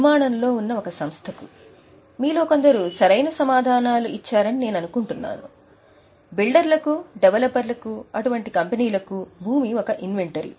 నిర్మాణంలో ఉన్న ఒక సంస్థకు మీలో కొందరు సరైన సమాధానాలు ఇస్తున్నారని నేను అనుకుంటున్నాను బిల్డర్లకు డెవలపర్లకు అటువంటి కంపెనీల కు భూమి ఒక ఇన్వెంటరీ